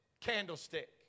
candlestick